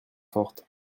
forte